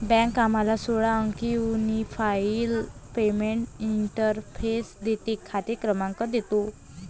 bank आम्हाला सोळा अंकी युनिफाइड पेमेंट्स इंटरफेस देते, खाते क्रमांक देतो